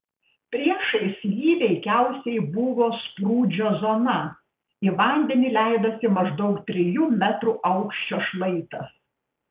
priešais jį veikiausiai buvo sprūdžio zona į vandenį leidosi maždaug trijų metrų aukščio šlaitas